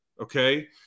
okay